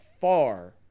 far